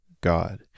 God